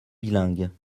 bilingues